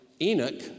Enoch